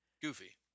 goofy